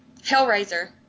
Hellraiser